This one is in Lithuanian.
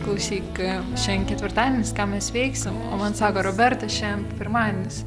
klausyk šiandien ketvirtadienis ką mes veiksim o man sako roberta šiandien pirmadienis